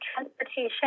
transportation